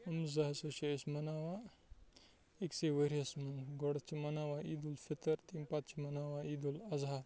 یِم زٕ ہَسا چھِ أسۍ مَناوان أکسٕے ؤریَس منٛز گۄڈٕ چھِ مَناوان عیدالفطر تمہِ پَتہٕ چھِ مَناوان عیدالاضحیٰ